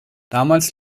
damals